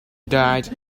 died